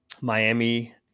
Miami